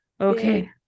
Okay